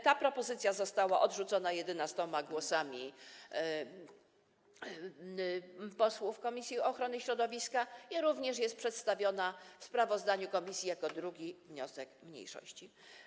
Ta propozycja została odrzucona 11 głosami posłów komisji ochrony środowiska i również jest przedstawiona w sprawozdaniu komisji jako 2. wniosek mniejszości.